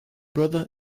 brother